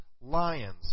lions